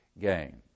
gain